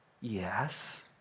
Yes